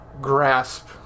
grasp